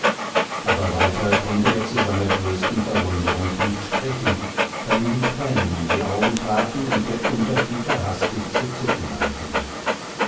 aber weiter konnte er zu seiner größten verwunderung nicht sprechen da ihm die tränen in die augen traten und der unterkiefer hastig zu zucken anfing